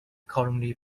colony